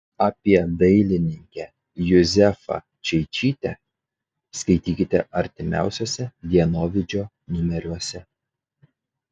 apie dailininkę juzefą čeičytę skaitykite artimiausiuose dienovidžio numeriuose